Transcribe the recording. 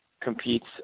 competes